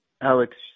Alex